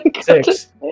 Six